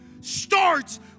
starts